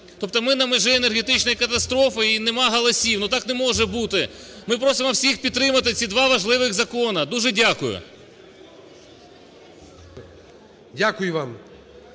Тобто ми на межі енергетичної катастрофи і нема голосів, ну так не може бути. Ми просимо всіх підтримати ці два важливих закони. Дуже дякую. ГОЛОВУЮЧИЙ.